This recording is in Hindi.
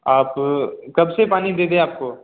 आप कब से पानी दे दें आपको